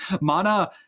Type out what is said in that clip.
Mana